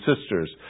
sisters